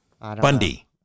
Bundy